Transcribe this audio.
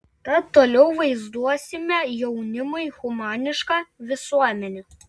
tad toliau vaizduosime jaunimui humanišką visuomenę